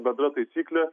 bendra taisyklė